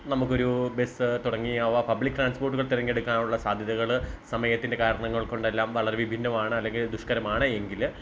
നമുക്കൊരു ബസ് തുടങ്ങിയവ പബ്ലിക് ട്രാൻസ്പോർട്ടുകൾ തിരഞ്ഞെടുക്കാനുള്ള സാധ്യതകൾ സമയത്തിൻ്റെ കാരണങ്ങൾ കൊണ്ടെല്ലാം വളരെ വിഭിന്നമാണ് അല്ലെങ്കിൽ ദുഷ്കരമാണ് എങ്കിൽ